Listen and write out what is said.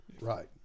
Right